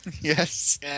Yes